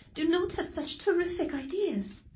do not have such terrific ideas.